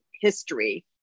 history